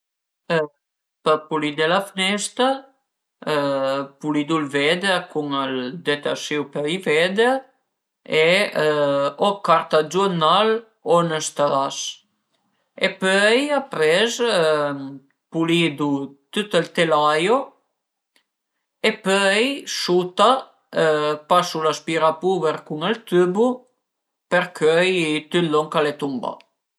Për pulidé la fnesta pulidu ël veder cun ël detersìu për i veder e o carta dë giurnal o ün stras e pöi apres pulidu tüt ël telaio e pöi suta pasu l'aspirapuver cun ël tübu për cöi tüt lon ch'al e tumbà